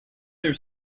their